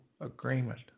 agreement